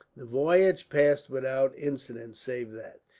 the voyage passed without incident save that,